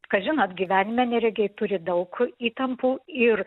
kas žinot gyvenime neregiai turi daug įtampų ir